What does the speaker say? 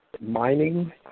mining